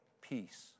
peace